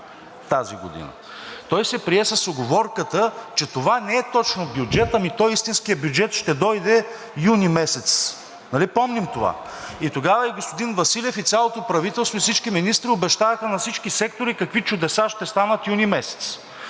Той се прие с уговорката, че това не е точно бюджет, ами той истинският бюджет ще дойде юни месец. Нали помним това? Тогава и господин Василев, и цялото правителство, и всички министри обещаваха на всички сектори какви чудеса ще станат юни месец.